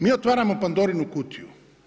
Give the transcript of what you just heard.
Mi otvaramo Pandorinu kutiju.